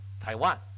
Taiwan